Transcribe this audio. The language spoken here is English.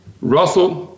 Russell